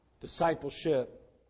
Discipleship